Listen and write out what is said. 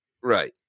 right